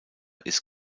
ist